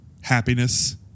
happiness